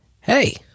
Hey